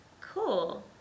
cool